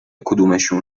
کدومشون